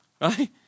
Right